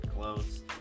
close